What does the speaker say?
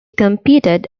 competed